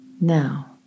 now